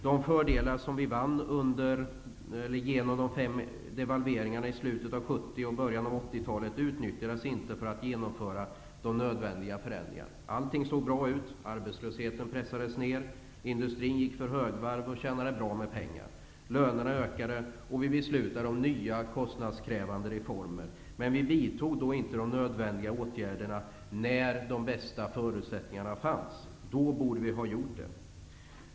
De fördelar som vi vann genom de fem devalveringarna i slutet av 70-talet och början av 80-talet utnyttjades inte för att genomföra de nödvändiga förändringarna. Allt såg bra ut: arbetslösheten pressades ned, industrin gick för högvarv och tjänade bra med pengar, lönerna ökade och vi beslutade om nya kostnadskrävande reformer. Men vi vidtog inte de növändiga åtgärderna när de bästa förutsättningarna fanns. Då borde vi ha gjort det.